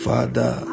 Father